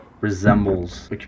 resembles